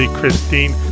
Christine